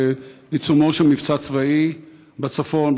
בעיצומו של מבצע צבאי בצפון.